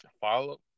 follow